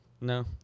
No